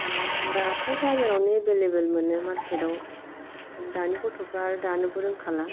दाथ' बाजारावनो एबेलेबेल मोनो मारकेटाव दानि गथ'फ्राथ' आरो दानोबो रोंखाला